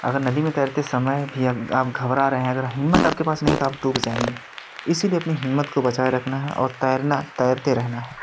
अगर नदी में तैरते समय भी अब आब घबरा रहे हैं अगर हिम्मत आपके पास नहीं है तो डूब जाएँगे इसी लिए अपनी हिम्मत को बचाए रखना है और तैरना तैरते रहना है